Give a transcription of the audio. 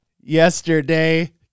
yesterday